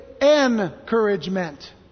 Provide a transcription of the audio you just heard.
Encouragement